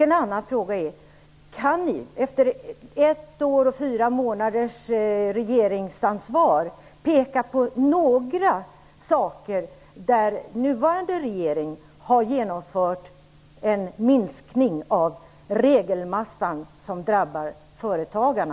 En annan fråga är: Kan ni i den nuvarande regeringen, efter ett år och fyra månaders regeringsansvar, peka på några saker där ni har genomfört en minskning av den regelmassa som drabbar företagarna?